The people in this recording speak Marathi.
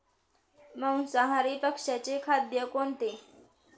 मांसाहारी पक्ष्याचे खाद्य कोणते?